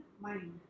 mind